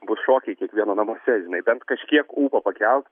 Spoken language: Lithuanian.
bus šokiai kiekvieno namuose žinai bent kažkiek ūpą pakelt